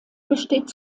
besteht